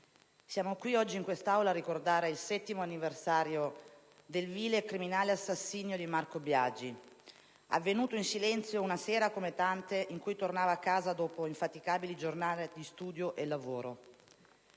siamo oggi in quest'Aula a ricordare il settimo anniversario del vile e criminale assassinio di Marco Biagi, avvenuto in silenzio, una sera come tante in cui tornava a casa dopo infaticabili giornate di studio e lavoro.